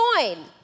join